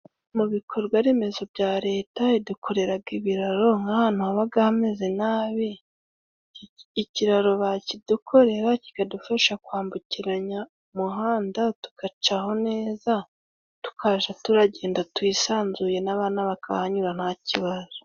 Mu bikorwa remezo bya leta idukoreraga ibiraro nk' ahantu habaga hameze nabi ikiraro bakidukorera kikadufasha kwambukiranya umuhanda tugacaho neza tukaja turagenda tuyisanzuye n'abana bakahanyura ntakibazo.